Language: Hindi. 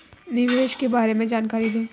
निवेश के बारे में जानकारी दें?